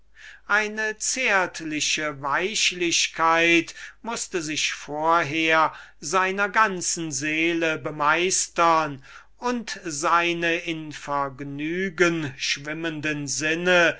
eine zärtliche weichlichkeit mußte sich vorher seiner ganzen seele bemeistern und seine in vergnügen schwimmende sinnen